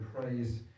praise